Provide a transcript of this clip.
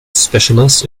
specialist